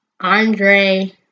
Andre